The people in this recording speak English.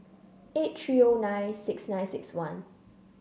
eight three O nine six nine six one